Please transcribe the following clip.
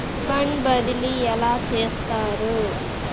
Fund బదిలీ ఎలా చేస్తారు?